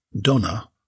Donna